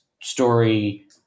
story